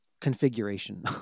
configuration